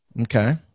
Okay